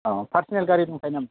औ पारस'नेल गारि दंखायो नामा